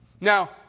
Now